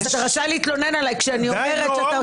אז אתה רשאי להתלונן עליי כשאני אומרת שאתה